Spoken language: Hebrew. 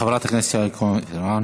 חברת הכנסת יעל כהן-פארן.